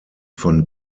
von